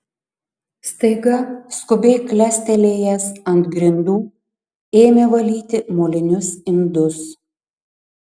staiga skubiai klestelėjęs ant grindų ėmė valyti molinius indus